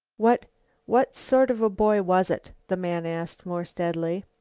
what what sort of a boy was it? the man asked more steadily.